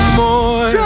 more